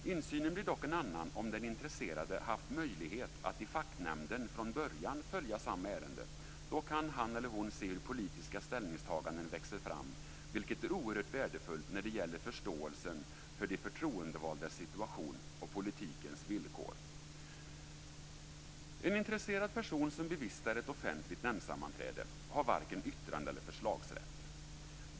Insynen blir dock en annan om den intresserade haft möjlighet att i facknämnden från början följa samma ärende. Då kan han eller hon se hur politiska ställningstaganden växer fram, vilket är oerhört värdefullt när det gäller förståelsen för de förtroendevaldas situation och politikens villkor. En intresserad person som bevistar ett offentligt nämndsammanträde har varken yttrande eller förslagsrätt.